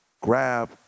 grab